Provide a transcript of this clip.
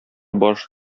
баш